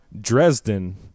Dresden